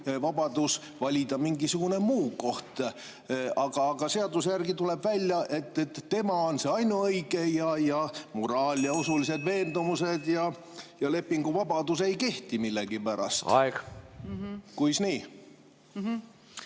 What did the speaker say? vabadus valida mingisugune muu koht. Aga seaduse järgi tuleb välja, et tema on see ainuõige, kuid moraal, usulised veendumused ja lepinguvabadus millegipärast ei